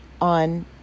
on